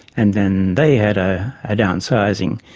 and then they had a ah downsizing.